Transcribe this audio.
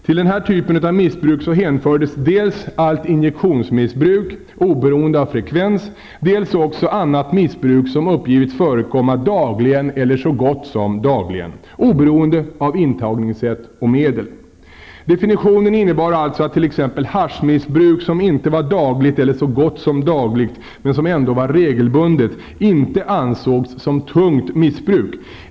Till denna typ av missbruk hänfördes dels allt injektionsmissbruk, oberoende av frekvens, dels också annat missbruk som uppgivits förekomma ''dagligen eller så gott som dagligen'', oberoende av intagningssätt och medel. Definitionen innebar alltså att t.ex. haschmissbruk som ej var dagligt eller så gott som dagligt, men som ändå var regelbundet, inte ansågs som tungt missbruk.